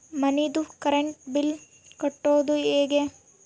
ಮನಿದು current bill ಕಟ್ಟೊದು ಹೇಗೆ?